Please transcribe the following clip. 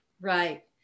right